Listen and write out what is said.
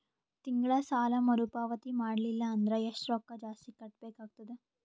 ತಿಂಗಳ ಸಾಲಾ ಮರು ಪಾವತಿ ಮಾಡಲಿಲ್ಲ ಅಂದರ ಎಷ್ಟ ರೊಕ್ಕ ಜಾಸ್ತಿ ಕಟ್ಟಬೇಕಾಗತದ?